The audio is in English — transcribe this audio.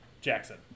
Jackson